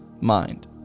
mind